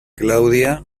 claudia